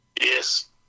Yes